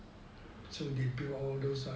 so they build all those lah